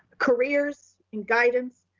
careers and guidance.